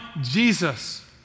Jesus